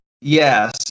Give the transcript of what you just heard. Yes